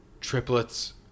triplets